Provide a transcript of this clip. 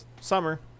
summer